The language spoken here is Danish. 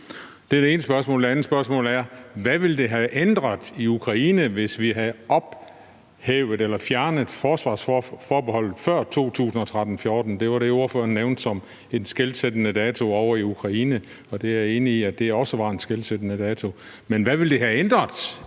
Det er det ene spørgsmål. Det andet spørgsmål er: Hvad ville det have ændret i Ukraine, hvis vi havde ophævet eller fjernet forsvarsforbeholdet før 2013 eller 2014? Det var det, ordføreren nævnte som en skelsættende dato ovre i Ukraine, og jeg er også enig i, at det var en skelsættende dato. Men hvad ville det have ændret,